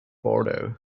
bordeaux